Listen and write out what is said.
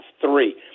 three